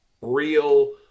real